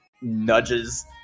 nudges